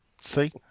See